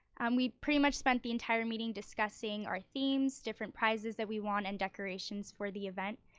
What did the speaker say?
and we pretty much spent the entire meeting discussing our themes, different prizes that we want and decorations for the event.